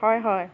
হয় হয়